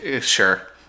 Sure